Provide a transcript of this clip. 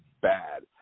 bad